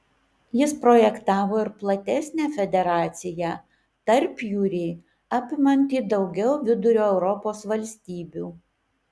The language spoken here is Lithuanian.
jis projektavo ir platesnę federaciją tarpjūrį apimantį daugiau vidurio europos valstybių